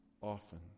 often